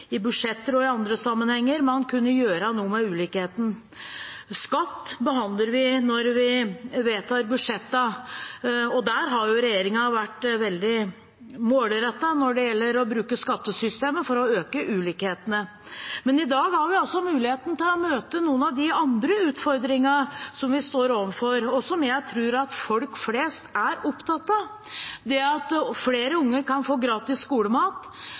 i budsjetter og i andre sammenhenger man kunne gjøre noe med ulikheten. Skatt behandler vi når vi vedtar budsjettene, og regjeringen har vært veldig målrettet når det gjelder å bruke skattesystemet for å øke ulikhetene. Men i dag har vi altså muligheten til å møte noen av de andre utfordringene som vi står overfor, og som jeg tror at folk flest er opptatt av. At flere unge kan få gratis skolemat,